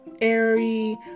airy